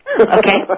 Okay